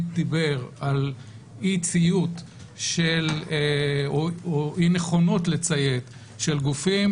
דיבר על אי ציות או אי נכונות לציית של גופים,